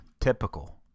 Typical